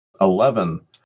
Eleven